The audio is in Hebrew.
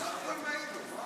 סך הכול מעיר לו.